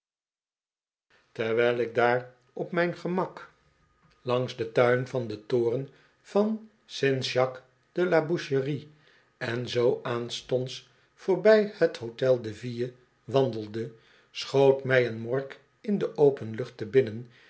terwijl ik daar op mijn gemak langs den tuin van den toren van st jacques delaboucherie en zoo aanstonds voorbij het hotel de ville wandelde schoot mij een morgue in de open lucht te binnen